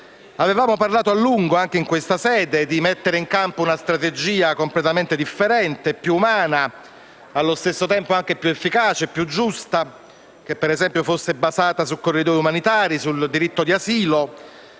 Avevamo parlato a lungo, anche in questa sede, di mettere in campo una strategia completamente differente, più umana, allo stesso tempo anche più efficace e giusta, che fosse basata - ad esempio - su corridoi umanitari e sul diritto di asilo,